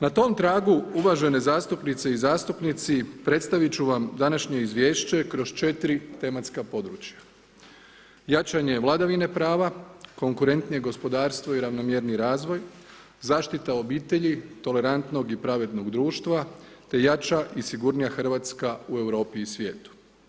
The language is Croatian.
Na tom tragu uvažene zastupnice i zastupnici predstaviti ću vam današnje izvješće kroz četiri tematska područja: jačanje vladavine prava, konkurentnije gospodarstvo i ravnomjerniji razvoj, zaštita obitelji, tolerantnog i pravednog društva te jača i sigurnija Hrvatska u Europi i svijetu.